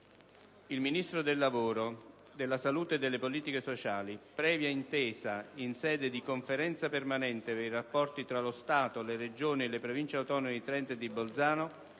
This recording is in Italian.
"Il Ministro del lavoro, della salute e delle politiche sociali, previa intesa in sede di Conferenza permanente per i rapporti tra lo Stato, le Regioni e le Province autonome di Trento e Bolzano,